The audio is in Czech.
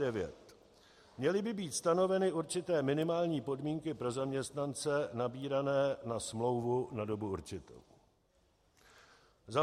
4.9 Měly by být stanoveny určité minimální podmínky pro zaměstnance nabírané na smlouvu na dobu určitou.